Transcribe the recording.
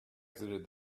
exited